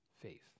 faith